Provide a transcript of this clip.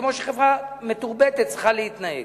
כמו שחברה מתורבתת צריכה להתנהל.